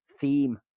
theme